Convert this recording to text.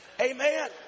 Amen